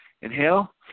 inhale